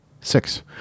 Six